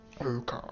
Okay